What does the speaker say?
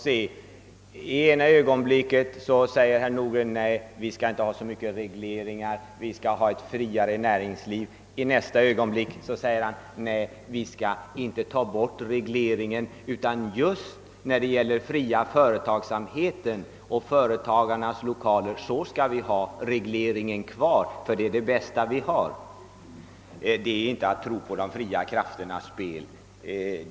I ena ögonblicket säger herr Nordgren: Nej, vi skall inte ha så mycket regleringar, vi skall ha ett friare näringsliv! I nästa ögonblick utbrister han: Nej, vi skall inte ta bort regleringen från den fria företagsamheten! När det gäller företagarnas lokaler skall vi ha den kvar, ty den är det bästa vi har. Detta är inte att tro på de fria krafternas spel.